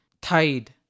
tide